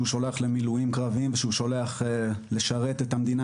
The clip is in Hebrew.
שהוא שולח להיות קרביים ושהוא שולח לשרת את המדינה.